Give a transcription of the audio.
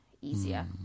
easier